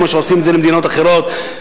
כמו שעושים את זה למדינות אחרות.